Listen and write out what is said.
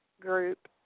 group